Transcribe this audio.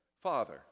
Father